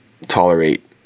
tolerate